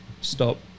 stop